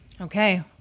Okay